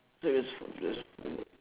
so just fo~ just four more